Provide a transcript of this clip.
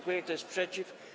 Kto jest przeciw?